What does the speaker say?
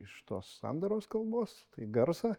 iš tos sandaros kalbos garsą